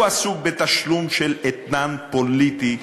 הוא עסוק בתשלום של אתנן פוליטי.